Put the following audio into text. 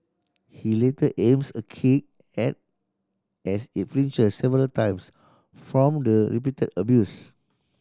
he later aims a kick at as it flinches several times from the repeated abuse